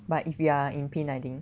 but if you are in pain I think